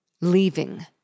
leaving